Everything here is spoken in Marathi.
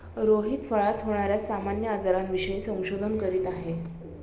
रोहित फळात होणार्या सामान्य आजारांविषयी संशोधन करीत आहे